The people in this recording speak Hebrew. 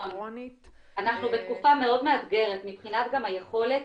סינכרונית --- אנחנו בתקופה מאוד מאתגרת מבחינת גם היכולת,